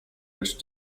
which